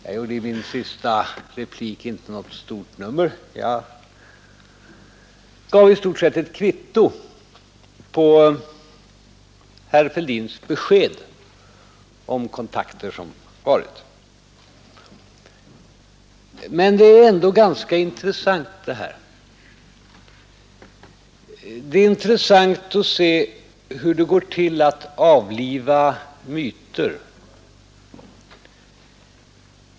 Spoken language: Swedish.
Jag gjorde i min sista replik inte något stort nummer av detta utan gav i stort sett bara ett kvitto på herr Fälldins besked om de kontakter som förevarit. Men det är ändå ganska intressant att se hur det går till att avliva myter.